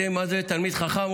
אתה יודע מה זה תלמיד חכם?